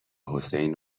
حسین